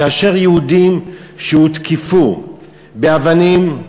כאשר יהודים שהותקפו באבנים,